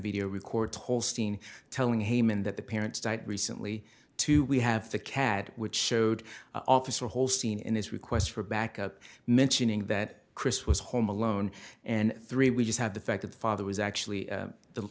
video record holstein telling him in that the parents died recently too we have the cat which showed officer whole scene in his request for backup mentioning that chris was home alone and three we just have the fact that the father was actually